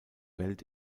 welt